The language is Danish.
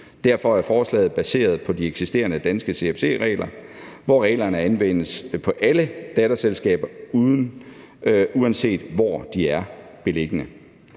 Derfor er forslaget baseret på de eksisterende danske CFC-regler, hvor reglerne anvendes på alle datterselskaber, uanset hvor de er beliggende.